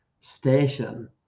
station